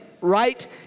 right